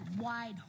wide